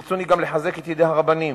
ברצוני גם לחזק את ידי הרבנים,